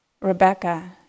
Rebecca